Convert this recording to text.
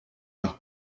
nach